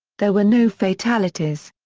there were no fatalities.